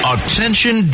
Attention